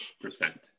percent